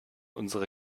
unsere